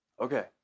Okay